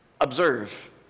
observe